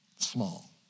small